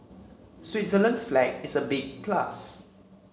Switzerland's flag is a big plus